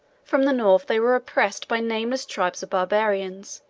from the north they were oppressed by nameless tribes of barbarians,